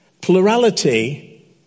plurality